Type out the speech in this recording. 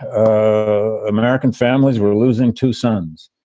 um american families were losing two sons,